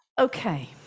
Okay